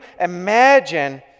imagine